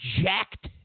jacked